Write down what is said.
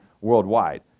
worldwide